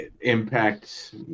impact